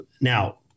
Now